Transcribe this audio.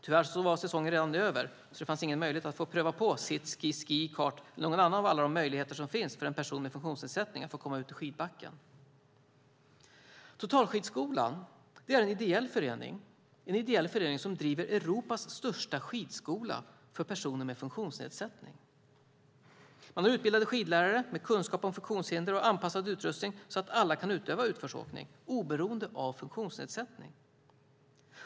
Tyvärr var säsongen redan över, så det fanns ingen möjlighet att få pröva sitski, skicart eller någon annan av de möjligheter som finns för en person med funktionsnedsättning att få komma ut i skidbacken. Totalskidskolan är en ideell förening som driver Europas största skidskola för personer med funktionsnedsättning. Man har utbildade skidlärare med kunskap om funktionshinder och anpassad utrustning så att alla kan utöva utförsåkning, oberoende av funktionsnedsättning.